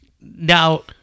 now